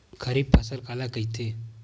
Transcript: खरीफ फसल काला कहिथे?